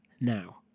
Now